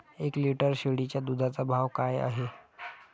एक लिटर शेळीच्या दुधाचा भाव काय आहे?